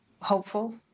hopeful